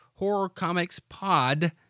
horrorcomicspod